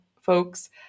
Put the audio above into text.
folks